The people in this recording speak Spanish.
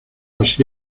así